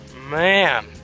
Man